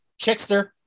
Chickster